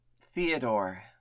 Theodore